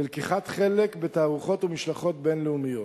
ללקיחת חלק בתערוכות ומשלחות בין-לאומיות.